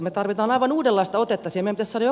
me tarvitsemme aivan uudenlaista otetta siihen